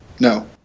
no